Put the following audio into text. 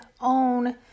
own